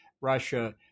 Russia